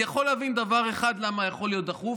אני יכול להבין דבר אחד למה יכול להיות דחוף,